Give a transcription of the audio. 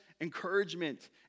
encouragement